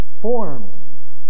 forms